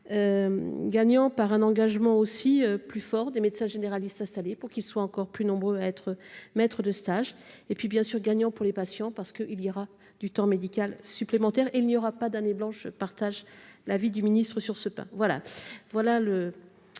gagnant par un engagement plus fort des médecins généralistes installés pour qu'ils soient encore plus nombreux à être maîtres de stage ; gagnant enfin pour les patients, parce que cela dégagera du temps médical supplémentaire. Il n'y aura pas d'année « blanche »; je partage l'avis du ministre sur ce point. Le